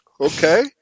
okay